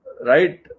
right